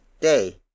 day